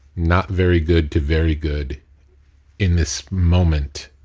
not very good to very good in this moment,